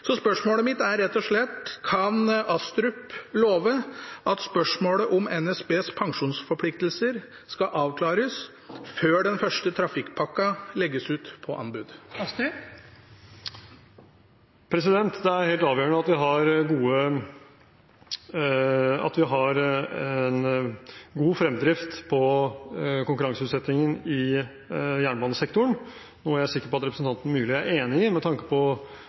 Så spørsmålet mitt er rett og slett: Kan Astrup love at spørsmålet om NSBs pensjonsforpliktelser skal avklares før den første trafikkpakka legges ut på anbud? Det er helt avgjørende at vi har en god fremdrift i konkurranseutsettingen i jernbanesektoren, noe jeg er sikker på at representanten Myrli er enig i. Med tanke på